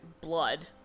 blood